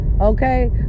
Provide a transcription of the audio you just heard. okay